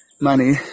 money